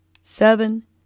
seven